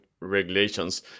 regulations